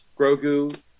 Grogu